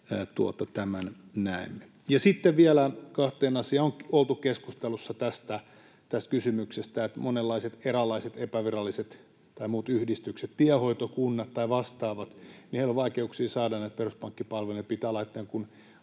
tämän näemme. Sitten vielä kahteen asiaan: On oltu keskustelussa tästä kysymyksestä, että monenlaisilla eräänlaisilla epävirallisilla tai muilla yhdistyksillä, tienhoitokunnilla tai vastaavilla, on vaikeuksia saada näitä peruspankkipalveluja, kun ne pitää laittaa jonkun